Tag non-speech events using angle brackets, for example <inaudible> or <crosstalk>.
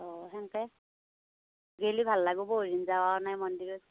অঁ তেনেকৈ গ'লে ভাল লাগিব <unintelligible> যোৱা নাই মন্দিৰত